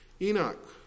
Enoch